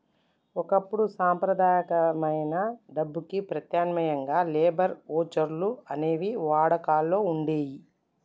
ఒకప్పుడు సంప్రదాయమైన డబ్బుకి ప్రత్యామ్నాయంగా లేబర్ వోచర్లు అనేవి వాడుకలో వుండేయ్యి